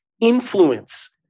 influence